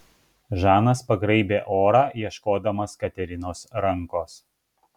žanas pagraibė orą ieškodamas katerinos rankos